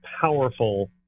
powerful